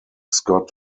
scott